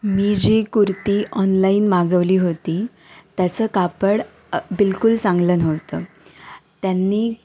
मी जी कुर्ती ऑनलाईन मागवली होती त्याचं कापड बिलकुल चांगलं नव्हतं त्यांनी